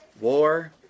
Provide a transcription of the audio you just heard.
War